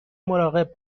مراقب